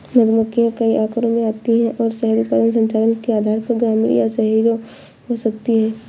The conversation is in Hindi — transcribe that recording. मधुमक्खियां कई आकारों में आती हैं और शहद उत्पादन संचालन के आधार पर ग्रामीण या शहरी हो सकती हैं